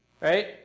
right